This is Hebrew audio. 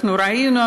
אנחנו ראינו,